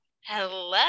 Hello